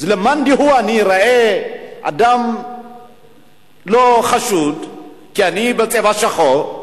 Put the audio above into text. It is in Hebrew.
למאן דהוא אני איראה אדם חשוד כי אני בצבע שחור,